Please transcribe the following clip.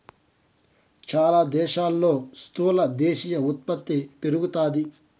చాలా దేశాల్లో స్థూల దేశీయ ఉత్పత్తి పెరుగుతాది